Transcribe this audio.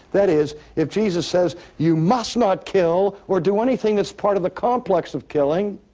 that is, if jesus says you must not kill or do anything that's part of the complex of killing,